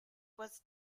was